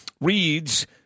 reads